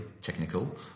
technical